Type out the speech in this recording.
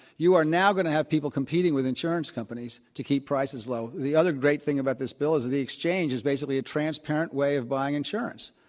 you are now going to have people competing with insurance companies to keep prices low. the other great thing about this bill is the exchange is basically a transparent way of buying insurance.